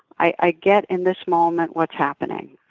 i i get, in this moment, what's happening.